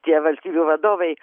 tie valstybių vadovai